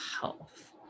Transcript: health